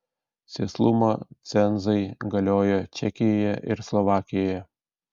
sėslumo cenzai galioja čekijoje ir slovakijoje